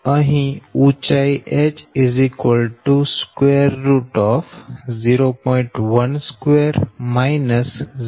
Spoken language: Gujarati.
અહી ઉંચાઈ h 0